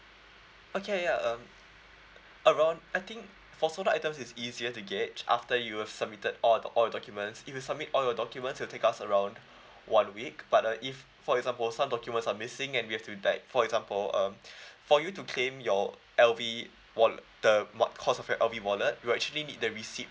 okay ya um around I think for stolen items it's easier to gauge after you have submitted all the all documents if you submit all your documents it'll take us around one week but uh if for example some documents are missing and we have to like for example um for you to claim your L_V wallet the wa~ cost of your L_V wallet we'll actually need the receipt